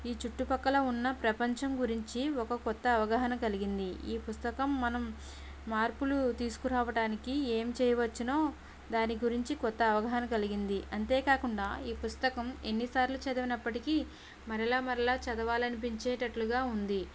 ఈ చుట్టుపక్కల ఉన్న ప్రపంచం గురించి ఒక కొత్త అవగాహన కలిగింది ఈ పుస్తకం మనం మార్పులు తీసుకురావటానికి ఏం చేయవచ్చునో దాని గురించి కొత్త అవగాహన కలిగింది అంతేకాకుండా ఈ పుస్తకం ఎన్ని సార్లు చదివినప్పటికీ మరలా మరలా చదవాలనిపించేటట్లుగా ఉంది